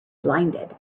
blinded